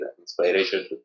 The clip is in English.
inspiration